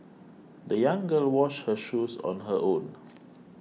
the young girl washed her shoes on her own